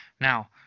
Now